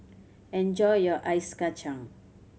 enjoy your Ice Kachang